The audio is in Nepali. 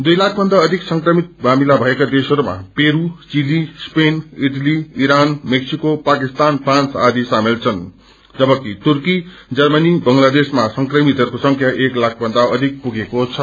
दुइ ताखभन्दा अधिक संक्रमित मामिला भएका देशहरूमा Peru Chile Spain Italy Iran Mexico Pakistan France आदि सामेल छन् जबकि तुर्की जर्मनी बंगलादेशमा संक्रमितहरूको संख्या एक लाखभन्दा अघिक पुगेको छ